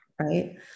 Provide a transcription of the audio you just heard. right